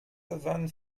gewann